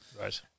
Right